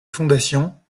fondations